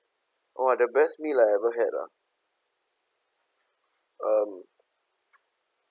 oh the best meal I ever had ah um